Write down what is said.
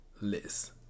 liz